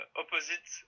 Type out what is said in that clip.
opposite